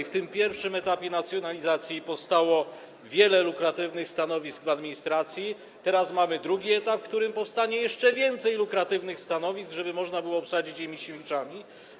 Na tym pierwszym etapie nacjonalizacji powstało wiele lukratywnych stanowisk w administracji, teraz mamy drugi etap, na którym powstanie jeszcze więcej lukratywnych stanowisk, żeby można było obsadzić je Misiewiczami.